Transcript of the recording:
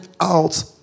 out